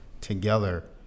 together